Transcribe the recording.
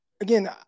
again